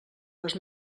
les